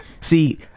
see